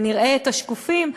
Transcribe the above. ונראה את השקופים.